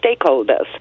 stakeholders